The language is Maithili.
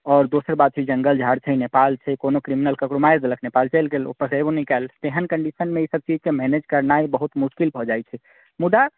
आओर दोसर बात छै जङ्गल झाड़ छै नेपाल छै कोनो क्रिमिनल मारि देलक नेपाल चलि गेल ओतऽसँ ऐबो नहि कएल तऽ एहन कन्डीशनमे ई सभ चीजके मैनेज केनाए बहुत मुश्किल भए जाइत छै मुदा